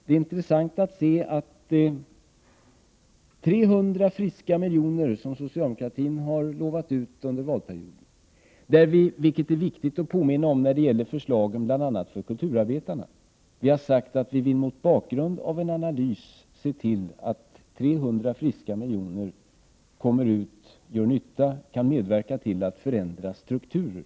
Det är viktigt att påminna om, bl.a. när det gäller förslagen om kulturarbetarna, att vi mot bakgrund av en analys kommer att se till att 300 friska miljoner kommer ut och gör nytta och kan medverka till att förändra strukturer.